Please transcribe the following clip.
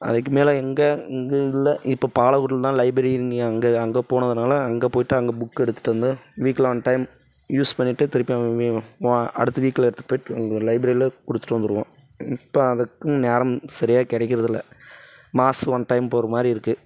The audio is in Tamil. அதுக்கு மேலே எங்கே இங்கே இல்லை இப்போ பாலகுடியில தான் லைப்பெரி அங்கே அங்கே போனதுனால் அங்கே போயிவிட்டு அங்கே புக் எடுத்துகிட்டு வந்து வீக்கில் ஒன் டைம் யூஸ் பண்ணிவிட்டு திருப்பியும் வீ வா அடுத்த வீக்கில் எடுத்துட் போயிட் லைப்ரரில கொடுத்துட்டு வந்துருவோம் இப்போ அதுக்கும் நேரம் சரியாக கிடைக்கறதில்ல மாத ஒன் டைம் போகிற மாதிரி இருக்கு